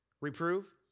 Reprove